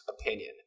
opinion